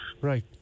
Right